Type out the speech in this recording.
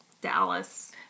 Dallas